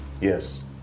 Yes